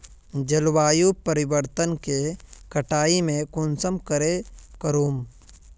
जलवायु परिवर्तन के कटाई में कुंसम करे करूम?